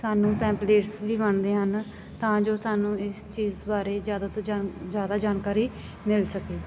ਸਾਨੂੰ ਪੈਪਲੇਟਸ ਵੀ ਵੰਡਦੇ ਹਨ ਤਾਂ ਜੋ ਸਾਨੂੰ ਇਸ ਚੀਜ਼ ਬਾਰੇ ਜ਼ਿਆਦਾ ਤੋਂ ਜਾਂ ਜ਼ਿਆਦਾ ਜਾਣਕਾਰੀ ਮਿਲ ਸਕੇ